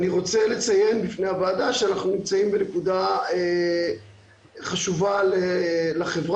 אני רוצה לציין בפני הוועדה שאנחנו נמצאים בנקודה חשובה לחברה.